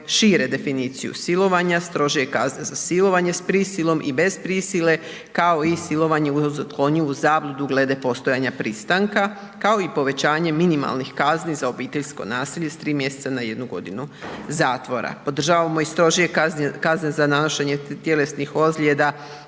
šire definiciju silovanja, strožije kazne za silovanje, s prisilom i bez prisile, kao i silovanje .../Govornik se ne razumije./... zabludu glede postojanja pristanka, kao i povećanje minimalnih kazni za obiteljsko nasilje s 3 mjeseca na 1 godinu zatvora. Podržavamo i strožije kazne za nanošenje tjelesnih ozljeda